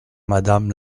madame